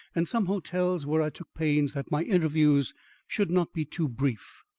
and some hotels where i took pains that my interviews should not be too brief.